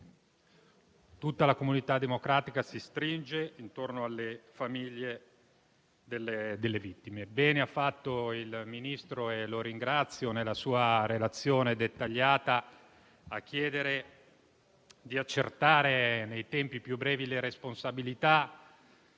Tutta la comunità democratica si stringe intorno alle famiglie delle vittime. Bene ha fatto il Ministro, nella sua relazione dettagliata - e lo ringrazio - a chiedere di accertare, nei tempi più brevi, le responsabilità.